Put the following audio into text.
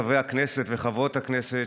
חברי הכנסת וחברות הכנסת,